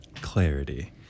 clarity